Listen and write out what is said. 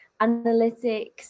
analytics